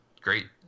Great